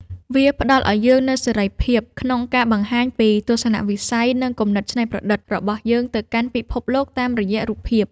វាផ្ដល់ឱ្យយើងនូវសេរីភាពក្នុងការបង្ហាញពីទស្សនវិស័យ និងគំនិតច្នៃប្រឌិតរបស់យើងទៅកាន់ពិភពលោកតាមរយៈរូបភាព។